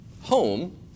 home